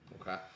Okay